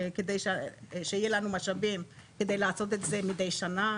על מנת שיהיה לנו משאבים כדי לעשות את זה מדי שנה,